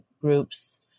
groups